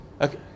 Okay